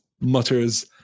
mutters